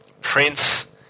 Prince